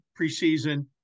preseason